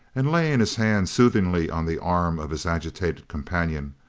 and laying his hand soothingly on the arm of his agitated companion,